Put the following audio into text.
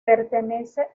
pertenece